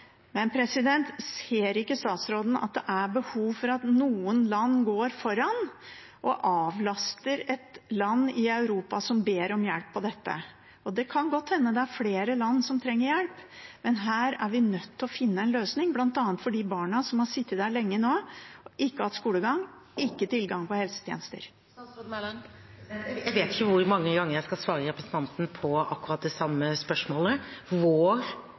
Ser ikke statsråden at det er behov for at noen land går foran og avlaster et land i Europa som ber om hjelp til dette? Det kan godt hende det er flere land som trenger hjelp, men her er vi nødt til å finne en løsning, bl.a. for de barna som har sittet der lenge nå og ikke hatt skolegang og ikke hatt tilgang på helsetjenester. Jeg vet ikke hvor mange ganger jeg skal svare representanten på akkurat det samme spørsmålet. Vår